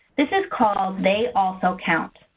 this is called, they also count.